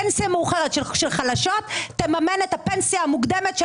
פנסיה מאוחרת של חלשות תממן את הפנסיה המוקדמת של